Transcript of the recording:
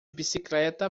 bicicleta